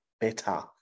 better